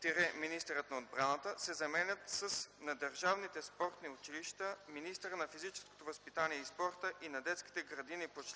3 – министърът на отбраната” се заменят с „на държавните спортни училища – министърът на физическото възпитание и спорта, и на детските градини по чл.